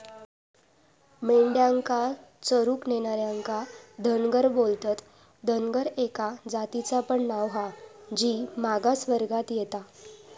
मेंढ्यांका चरूक नेणार्यांका धनगर बोलतत, धनगर एका जातीचा पण नाव हा जी मागास वर्गात येता